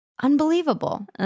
Unbelievable